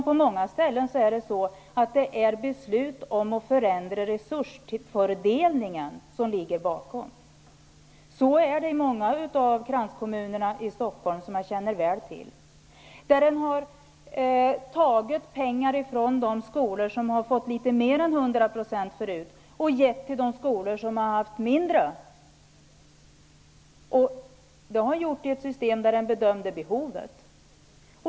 På många ställen är det beslut om att förändra resursfördelningen som ligger bakom. Så är det i många av kranskommunerna i Stockholm, som jag känner väl till. Där har man tagit pengar från de skolor som tidigare har fått litet mer än 100 % och gett till de skolor som har fått mindre. Det har man gjort i ett system där man har bedömt behovet.